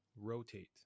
rotate